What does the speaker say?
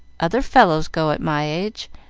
other fellows go at my age,